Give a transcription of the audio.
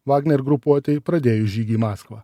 vagner grupuotei pradėjus žygį į maskvą